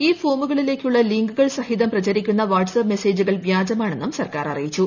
ഈ ഫോമുകളിലേക്കുള്ള ലിങ്കുകൾ സഹിതം പ്രചരിക്കുന്ന വാട്ട്സാപ്പ് മെസേജുകൾ വ്യാജമാണെന്നും സർക്കാർ അറിയിച്ചു